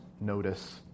notice